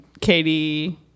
Katie